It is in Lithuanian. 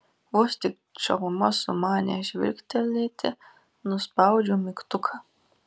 vos tik čalma sumanė žvilgtelėti nuspaudžiau mygtuką